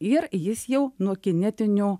ir jis jau nuo kinetinių